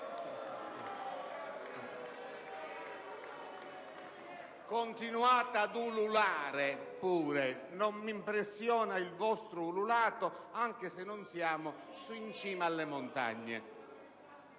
Continuate pure ad ululare, non mi impressiona il vostro ululato, anche se non siamo in cima alle montagne.